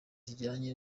zijyanye